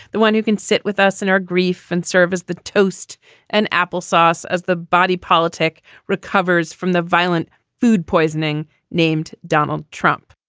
the one who can sit with us in our grief and serve as the toast and applesauce as the body politic recovers from the violent food poisoning named donald trump.